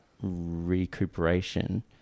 recuperation